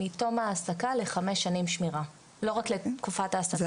מתוך העסקה ל-5 שנים שמירה ולא רק לתקופת העסקה.